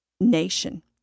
nation